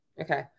Okay